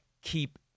Keep